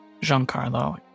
Giancarlo